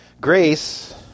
Grace